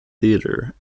theater